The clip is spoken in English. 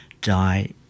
die